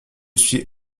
suis